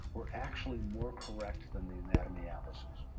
were actually more correct than the anatomy atlases.